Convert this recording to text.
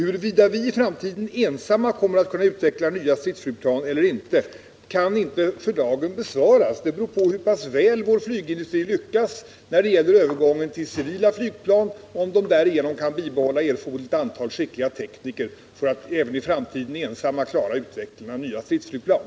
Frågan om vi i framtiden ensamma kommer att kunna utveckla nya stridsflygplan eller inte kan för dagen inte besvaras. Allt beror på hur väl vår flygindustri lyckas när det gäller övergången till civila flygplan och om man därigenom kan bibehålla erforderligt antal skickliga tekniker för att även i framtiden ensamma kunna klara utvecklingen av nya stridsflygplan.